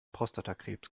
prostatakrebs